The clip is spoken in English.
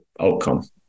outcome